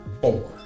Four